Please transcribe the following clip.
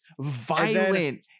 violent